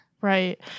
Right